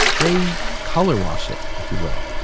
they colorwash it, if you will.